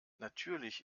natürlich